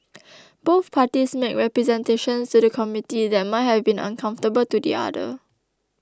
both parties made representations to the Committee that might have been uncomfortable to the other